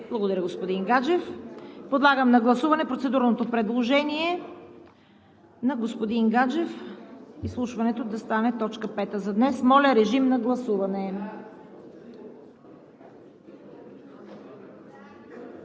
Благодаря, господин Гаджев. Подлагам на гласуване процедурното предложение на господин Гаджев – изслушването да стане т. 5 за днес. Господин Нунев, как гласувате